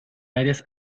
áreas